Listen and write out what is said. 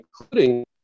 including